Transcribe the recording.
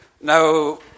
Now